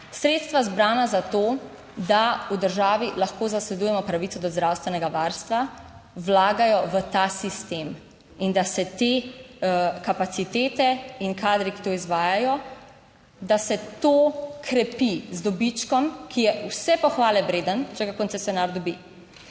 sredstva zbrana za to, da v državi lahko zasledujemo pravico do zdravstvenega varstva vlagajo v ta sistem in da se te kapacitete in kadri, ki to izvajajo, da se to krepi z dobičkom, ki je vse pohvale vreden, če ga koncesionar dobi.